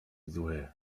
zły